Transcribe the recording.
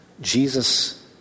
Jesus